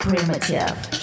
Primitive